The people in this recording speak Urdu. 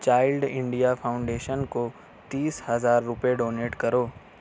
چائلڈ انڈیا فاؤنڈیشن کو تیس ہزار روپے ڈونیٹ کرو